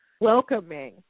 welcoming